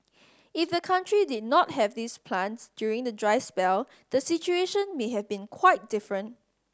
if the country did not have these plants during the dry spell the situation may have been quite different